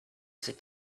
sit